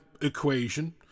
equation